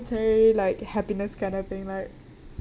really like happiness kind of thing like